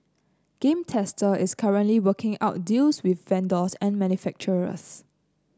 Game Tester is currently working out deals with vendors and manufacturers